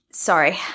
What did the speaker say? Sorry